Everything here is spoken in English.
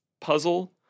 puzzle